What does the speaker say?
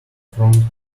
front